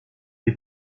les